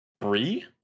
Brie